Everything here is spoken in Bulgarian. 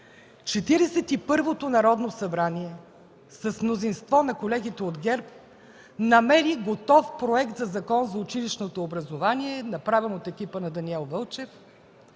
първото Народно събрание, с мнозинство на колегите от ГЕРБ, намери готов Проект за Закон за училищното образование, направен от екипа на Даниел Вълчев,